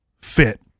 fit